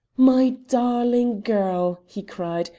my darling girl, he cried,